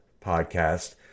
podcast